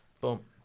Boom